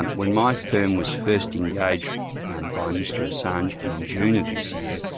and when my firm was first engaged by mr assange in june of this year,